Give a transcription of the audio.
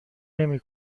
نمی